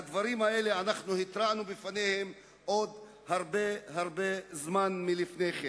על הדברים האלה התרענו עוד הרבה הרבה זמן לפני כן.